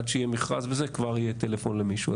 עד שיהיה מכרז כבר יהיה טלפון למישהו.